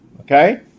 okay